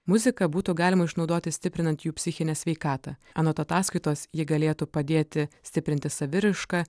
muziką būtų galima išnaudoti stiprinant jų psichinę sveikatą anot ataskaitos ji galėtų padėti stiprinti saviraišką